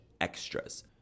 extras